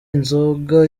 inzoga